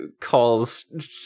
calls